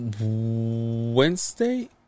Wednesday